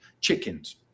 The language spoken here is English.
Chickens